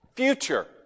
future